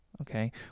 okay